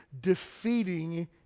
defeating